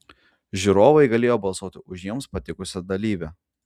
žiūrovai galėjo balsuoti už jiems patikusią dalyvę